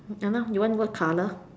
I know you want more color